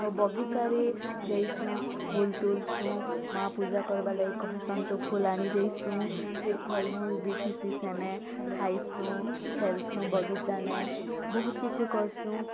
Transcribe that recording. ଆଉ ବଗିଚାରେ ଯାଏସୁଁ ଫୁଲ୍ ତୁଲ୍ସୁଁ ମାଆ ପୂଜା କର୍ବାର୍ ଲାଗି କହେସନ୍ ତ ଫୁଲ୍ ଆଣି ଯାଏସୁଁ ଫିର୍ ଫଲ୍ ମୂଲ୍ ବି ଥିସି ସେନେ ଖାଏସୁଁ ଖେଲ୍ସୁଁ ବଗିଚାନେ ବହୁତ୍ କିଛି କର୍ସୁଁ